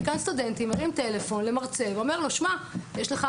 דיקן סטודנטים מרים טלפון לרחצה ואומר נשמע יש לך